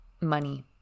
money